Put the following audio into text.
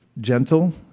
gentle